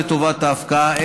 לטובת ההפקעה,